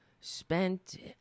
spent